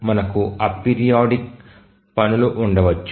మనకు అపిరియోడిక్ పనులు ఉండవచ్చు